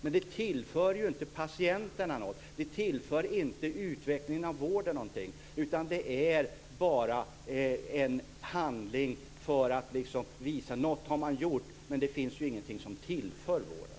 Men det tillför ju inte patienterna och inte utvecklingen av vården någonting, utan det är bara en åtgärd för att visa att man har gjort någonting. Men det är ingenting som tillförs vården.